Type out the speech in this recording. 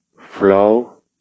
flow